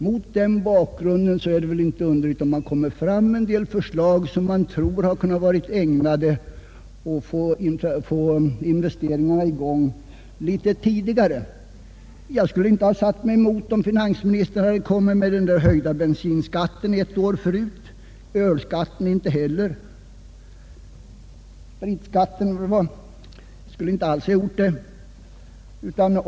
Mot den bakgrunden är det väl inte underligt om man kom fram med en del förslag, vars genomförande man tror hade varit ägnade att få investeringarna i gång litet tidigare. Jag skulle inte ha satt mig emot, om finansministern hade föreslagit höjd bensinskatt ett år tidigare. Detsamma gäller ölbeskattningen.